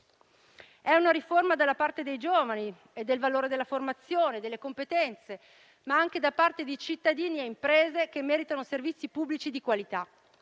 È una riforma dalla parte dei giovani e del valore della formazione, delle competenze, ma anche dalla parte di cittadini e imprese che meritano servizi pubblici di qualità.